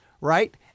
right